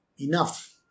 enough